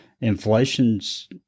Inflation's